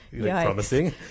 promising